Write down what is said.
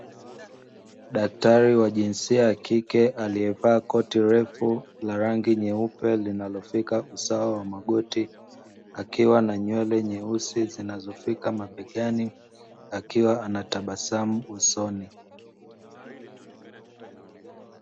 Daktari wa jinsia ya kike aliyevaa koti refu la rangi nyeupe, linalofika usawa wa magoti akiwa na nywele nyeusi zinazofika mabegani akiwa anatabasamu usoni.